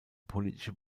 politische